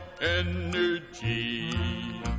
energy